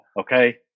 okay